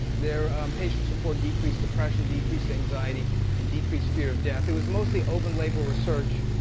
their patients reported decreased depression, decreased anxiety and decreased fear of death. it was mostly open label research.